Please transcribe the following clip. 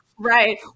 Right